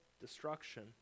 destruction